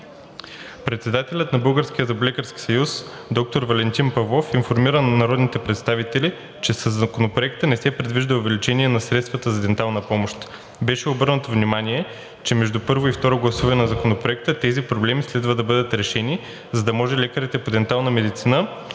Представителят на Българския зъболекарски съюз доктор Валентин Павлов информира народните представители, че със Законопроекта не се предвижда увеличение на средства за дентална помощ. Беше обърнато внимание, че между първо и второ гласуване на Законопроекта тези проблеми следва да бъдат решени, за да може лекарите по дентална медицина